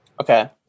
Okay